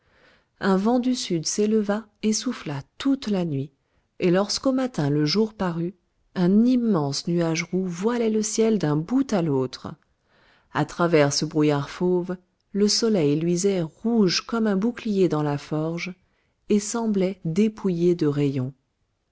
un vent du sud s'éleva et souffla toute la nuit et lorsqu'au matin le jour parut un immense nuage roux voilait le ciel d'un bout à l'autre à travers ce brouillard fauve le soleil luisait rouge comme un bouclier dans la forge et semblait dépouillé de rayons